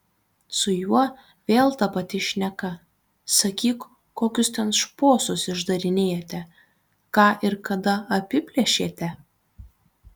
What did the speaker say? su juo vėl ta pati šneka sakyk kokius ten šposus išdarinėjate ką ir kada apiplėšėte